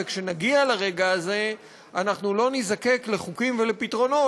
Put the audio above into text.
וכשנגיע לרגע הזה אנחנו לא נזדקק לחוקים ולפתרונות